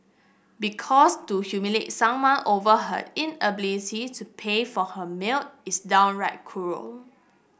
because to humiliate someone over her inability to pay for her meal is downright cruel